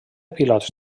pilots